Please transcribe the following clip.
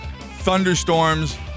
thunderstorms